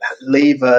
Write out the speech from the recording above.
leave